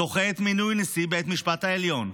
דוחה את מינוי נשיא בית המשפט העליון,